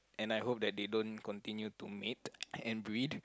and I hope that they don't continue to mate and breed